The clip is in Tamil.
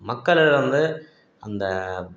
மக்களிடம் வந்து அந்த